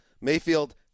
Mayfield